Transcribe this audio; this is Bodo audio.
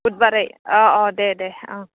बुधबारै अह अह दे दे ओं